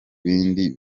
bindi